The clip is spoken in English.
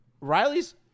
Riley's